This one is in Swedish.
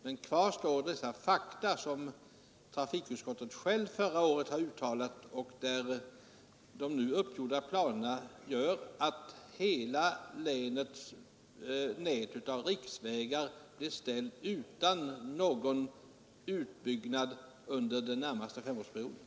Mot bakgrunden av trafikutskottets uttalande förra året står alltså detta faktum, att de nu uppgjorda planerna leder till att hela länets nät av riksvägar är ställda utan någon utbyggnad under den närmaste femårsperioden.